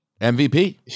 MVP